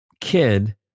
kid